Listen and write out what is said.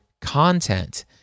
content